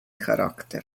charakter